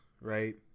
right